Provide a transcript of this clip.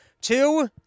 two